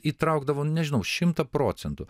įtraukdavo nu nežinau šimtą procentų